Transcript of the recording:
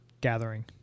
gathering